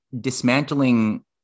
dismantling